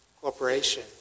corporation